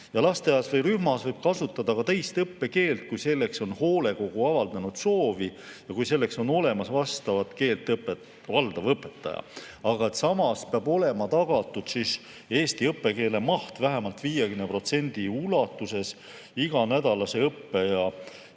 Lasteaias või rühmas võib kasutada ka teist õppekeelt, kui selleks on hoolekogu avaldanud soovi ja kui selleks on olemas vastavat keelt valdav õpetaja. Aga samas peab olema tagatud eesti õppekeele maht vähemalt 50% ulatuses iganädalasest õppe- ja